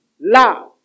love